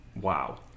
Wow